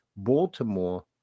Baltimore